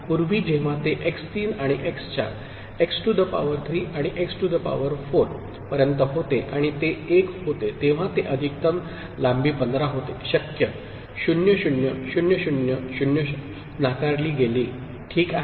पूर्वी जेव्हा ते x 3 आणि x 4 x to the power 3 आणि एक्स टू द पावर 4 पर्यंत होते आणि ते 1 होते तेव्हा ते अधिकतम लांबी 15 होते शक्य 0 0 0 0 0 नाकारली गेली ठीक आहे